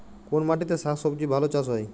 কোন মাটিতে শাকসবজী ভালো চাষ হয়?